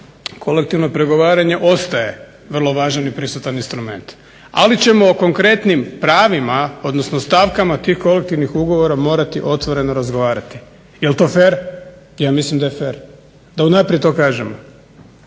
Kolektivno pregovaranje ostaje vrlo važan i prisutan instrument. Ali ćemo o konkretnim pravima, odnosno stavkama tih kolektivnih ugovora morati otvoreno razgovarati. Jel' to fer? Ja mislim da je fer, da unaprijed to kažemo.